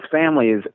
families